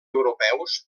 europeus